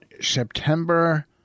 September